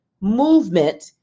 movement